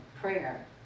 prayer